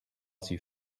sie